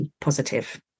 positive